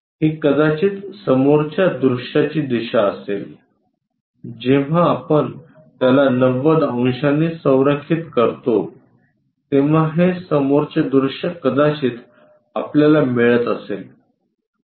ही कदाचित समोरच्या दृश्याची दिशा असेल जेव्हा आपण त्याला 90 अंशानी संरेखित करतो तेव्हा हे समोरचे दृश्य कदाचित आपल्याला मिळत असेल